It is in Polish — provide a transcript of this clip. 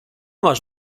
masz